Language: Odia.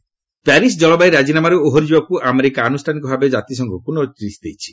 ୟୁଏସ୍ ପ୍ୟାରିସ୍ ପ୍ୟାରିସ୍ ଜଳବାୟୁ ରାଜିନାମାରୁ ଓହରି ଯିବାକୁ ଆମେରିକା ଆନୁଷ୍ଠାନିକ ଭାବେ କାତିସଂଘକୁ ନୋଟିସ୍ ଦେଇଛି